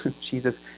Jesus